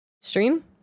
stream